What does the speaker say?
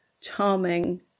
charming